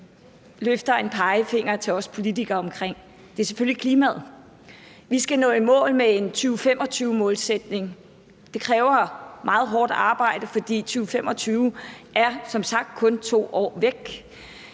løfter en pegefinger over for os politikere om, og det er selvfølgelig klimaet. Vi skal nå i mål med en 2025-målsætning, og det kræver meget hårdt arbejde, for 2025 er som sagt kun 2 år væk,